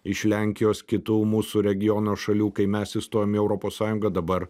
iš lenkijos kitų mūsų regiono šalių kai mes įstojom į europos sąjungą dabar